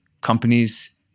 companies